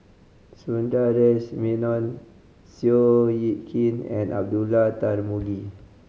Sundaresh Menon Seow Yit Kin and Abdullah Tarmugi